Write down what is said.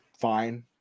fine